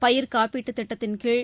பயிர்க்காப்பீட்டு திட்டத்தின்கீழ்